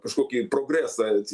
kažkokį progresą